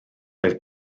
oedd